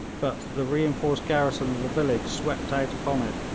but the reinforced garrison of the village swept out upon it,